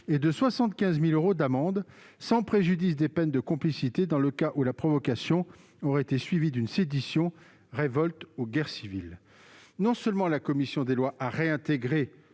et de 75 000 euros d'amende, sans préjudice des peines de la complicité dans le cas où la provocation aurait été suivie d'une sédition, révolte ou guerre civile. » La commission des lois a donc